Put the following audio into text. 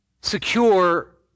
secure